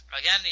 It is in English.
Again